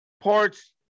parts